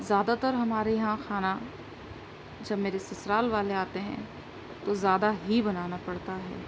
زیادہ تر ہمارے یہاں کھانا جب میرے سسرال والے آتے ہیں تو زیادہ ہی بنانا پڑتا ہے